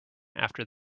after